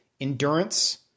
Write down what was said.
endurance